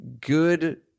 good